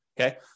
Okay